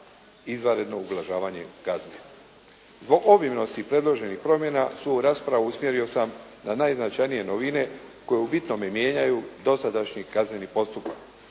izvanredno ublažavanje kazne. Zbog obimnosti predloženih promjena svoju raspravu usmjerio sam na najznačajnije novine koje u bitnome mijenjaju dosadašnji kazneni postupak,